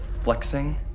flexing